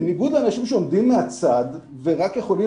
בניגוד לאנשים שעומדים מהצד ורק יכולים